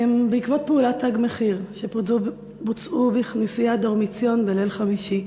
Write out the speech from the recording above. בעקבות פעולות "תג מחיר" שבוצעו בכנסיית "דורמיציון" בליל חמישי,